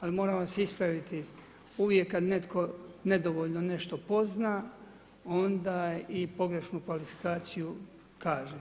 Ali moram vas ispraviti uvijek kad netko nedovoljno nešto pozna onda i pogrešnu kvalifikaciju kaže.